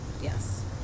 yes